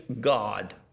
God